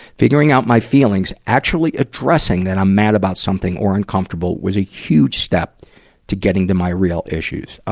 figuring out my feelings, actually addressing that i'm mad about something or uncomfortable, was a huge step to getting to my real issues. oh,